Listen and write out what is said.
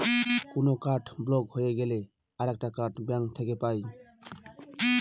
কোনো card block হতে গেলে আরেকটা কার্ড ব্যাঙ্ক থেকে পাই